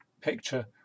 picture